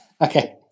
Okay